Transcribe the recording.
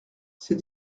c’est